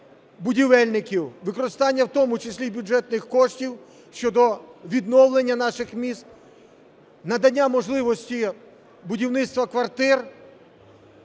будівельників, використання у тому числі й бюджетних коштів щодо відновлення наших міст, надання можливості будівництва квартир,